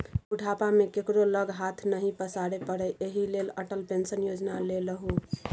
बुढ़ापा मे केकरो लग हाथ नहि पसारै पड़य एहि लेल अटल पेंशन योजना लेलहु